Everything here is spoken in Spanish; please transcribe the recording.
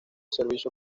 servicio